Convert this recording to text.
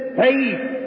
faith